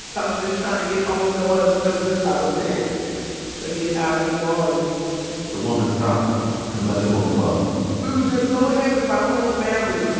i'm just trying to get on the bus because it's our chance to get out of new orleans the woman stopped and let them on the bus we were just so happy my whole family.